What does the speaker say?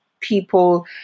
people